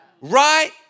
Right